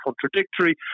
contradictory